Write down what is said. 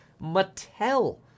mattel